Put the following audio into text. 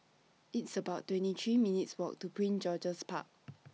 It's about twenty three minutes' Walk to Prince George's Park